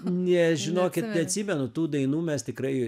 ne žinokit neatsimenu tų dainų mes tikrai